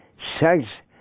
Sex